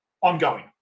ongoing